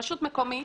רשות מקומית